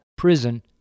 Prison